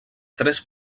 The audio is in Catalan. tres